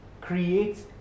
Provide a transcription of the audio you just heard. creates